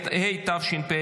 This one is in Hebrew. התשפ"ה